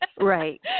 right